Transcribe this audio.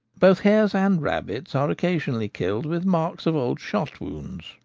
both hares and rabbits are occasionally killed with marks of old shot wounds,